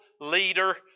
leader